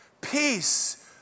Peace